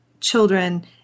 children